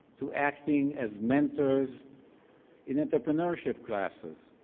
to acting as mentors in entrepreneurship classes.